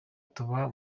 tuba